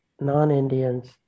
non-Indians